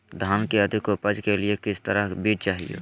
धान की अधिक उपज के लिए किस तरह बीज चाहिए?